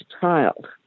child